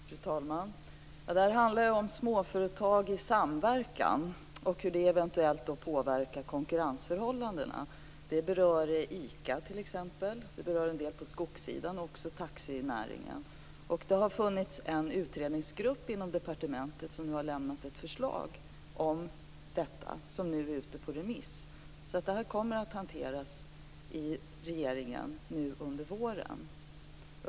Fru talman! Det här handlar ju om småföretag i samverkan och hur det eventuellt påverkar konkurrensförhållandena. Det berör t.ex. ICA. Det berör en del på skogssidan och även taxinäringen. Det har funnits en utredningsgrupp inom departementet som har lämnat ett förslag om detta som nu är ute på remiss. Det här kommer att hanteras i regeringen under våren.